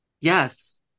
yes